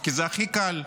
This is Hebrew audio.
כי זה הכי קל,